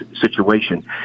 situation